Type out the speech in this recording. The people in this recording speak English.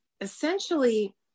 essentially